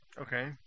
Okay